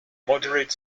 moderate